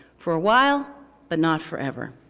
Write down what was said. for a while, but not forever.